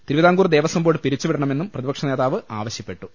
Thiruvithamkoor Devaswom board പിരിച്ചുവിടണമെന്നും പ്രതി പക്ഷനേതാവ് ആവശ്യപ്പെട്ടു